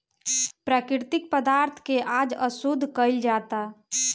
प्राकृतिक पदार्थ के आज अशुद्ध कइल जाता